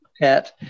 pet